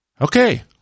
Okay